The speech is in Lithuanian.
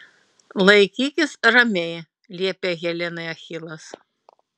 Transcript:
laikykis ramiai liepė helenai achilas